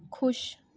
ਖੁਸ਼